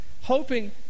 hoping